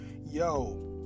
yo